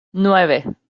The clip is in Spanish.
nueve